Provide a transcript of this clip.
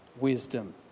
wisdom